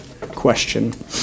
question